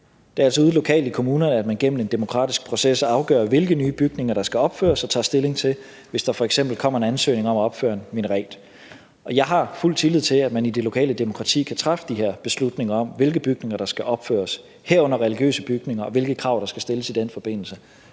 Det er altså ude lokalt i kommunerne, at man gennem en demokratisk proces afgør, hvilke nye bygninger der skal opføres, og tager stilling til det, hvis der for eksempel kommer en ansøgning om at opføre en minaret. Jeg har fuld tillid til, at man i det lokale demokrati kan træffe de her beslutninger om, hvilke bygninger der skal opføres, herunder religiøse bygninger, og hvilke krav der skal stilles i den forbindelse.